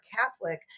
Catholic